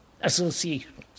associations